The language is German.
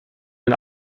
den